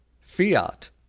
Fiat